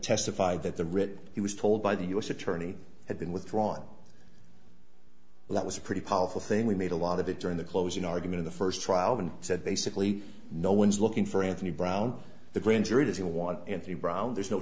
testified that the writ he was told by the u s attorney had been withdrawn and that was a pretty powerful thing we made a lot of it during the closing argument the first trial then said basically no one's looking for anthony brown the grand jury does he want anthony brown there's no